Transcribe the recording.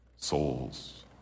souls